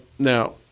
Now